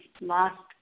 last